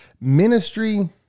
ministry